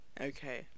okay